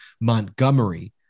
Montgomery